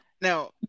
Now